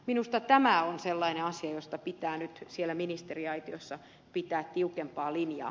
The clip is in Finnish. minusta tämä on sellainen asia josta pitää nyt siellä ministeriaitiossa pitää tiukempaa linjaa